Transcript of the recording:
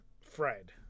fred